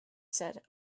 said